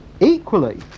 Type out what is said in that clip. equally